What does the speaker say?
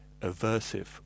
aversive